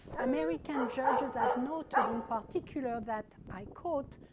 american judges have noted in particular that, i quote,